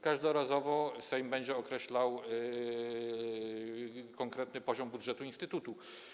Każdorazowo Sejm będzie określał konkretny poziom budżetu instytutu.